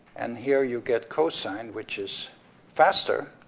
and here, you get cosine, which is faster,